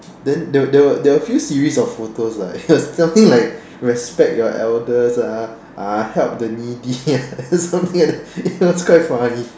then they were they were they were a few series of photos like something like respect your elders ah uh help the needy lah something like that it was quite funny